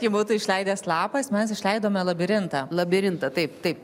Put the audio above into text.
jį būtų išleidęs lapas mes išleidome labirintą labirintą taip taip